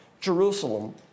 Jerusalem